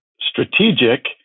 strategic